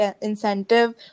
incentive